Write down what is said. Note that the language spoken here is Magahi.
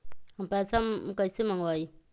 हम पैसा कईसे मंगवाई?